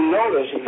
notice